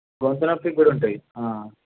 గొంతు నొప్పిక్కూడా ఉంటాయి